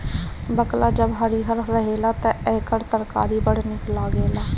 बकला जब हरिहर रहेला तअ एकर तरकारी बड़ा निक लागेला